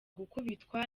gukubitwa